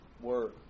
word